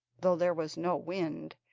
though there was no wind,